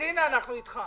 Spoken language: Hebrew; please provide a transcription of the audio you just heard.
אז הינה, אנחנו איתך.